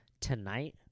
tonight